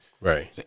Right